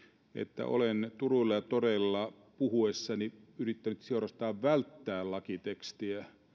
että olen turuilla ja toreilla puhuessani yrittänyt suorastaan välttää lakitekstiä ja